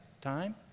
time